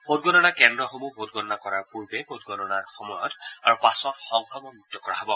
ভোটগণনা কেন্দ্ৰসমূহ ভোট গণনা কৰাৰ পূৰ্বে গণনাৰ সময়ত আৰু পাছত সংক্ৰমণমুক্ত কৰা হ'ব